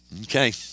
okay